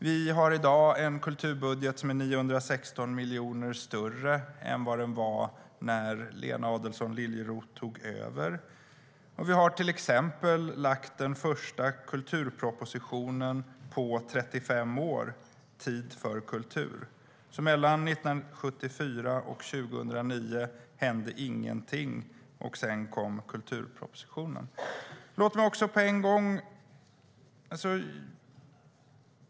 Vi har i dag en kulturbudget som är 916 miljoner större än vad den var när Lena Adelsohn Liljeroth tog över, och vi har till exempel lagt fram den första kulturpropositionen på 35 år - Tid för kultur . Mellan 1974 och 2009 hände alltså ingenting, och sedan kom kulturpropositionen.